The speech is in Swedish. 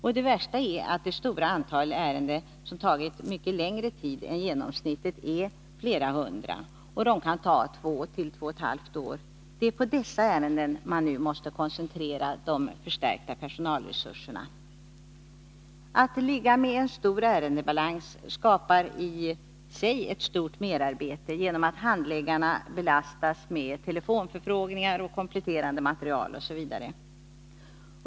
Och det värsta är att ett stort antal ärenden — flera hundra — tagit mycket längre tid än genomsnittet. Det kan ta två till två och ett halvt år. Det är på dessa ärenden man nu måste koncentrera de förstärkta personalresurserna. Att ligga med en stor ärendebalans skapar i sig ett stort merarbete, genom att handläggarna belastas med telefonförfrågningar, kompletterande material, osv.